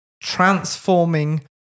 transforming